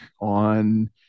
on